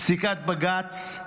פסיקת בג"ץ,